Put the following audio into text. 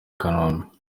kanombe